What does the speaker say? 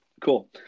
Cool